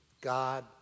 God